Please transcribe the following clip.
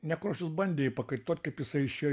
nekrošius bandė jį pakartot kaip jisai išėjo